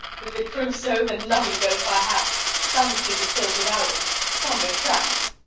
if it prove so, then loving goes by haps some cupid kills with arrows, some with traps.